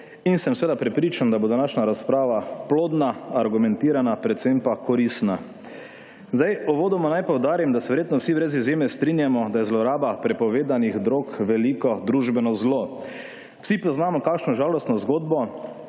In sem seveda prepričan, da bo današnja razprava plodna, argumentirana, predvsem pa koristna. Zdaj, uvodoma naj poudarim, da se verjetno vsi brez izjeme strinjamo, da je zloraba prepovedanih drog veliko družbeno zlo. Vsi poznamo kakšno žalostno zgodbo